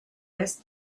est